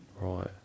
Right